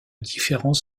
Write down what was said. différents